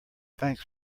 thanks